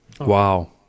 Wow